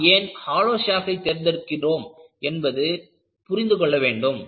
நாம் ஏன் ஹாலோ ஷாப்ட்டை தேர்ந்தெடுக்கிறோம் என்பது புரிந்து கொள்ள வேண்டும்